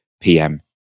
PM